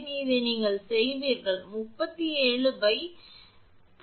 இதை நீங்கள் செய்வீர்கள் 370